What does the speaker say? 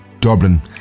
Dublin